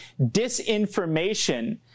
disinformation